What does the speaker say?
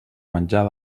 menjar